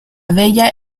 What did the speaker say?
bella